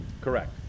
Correct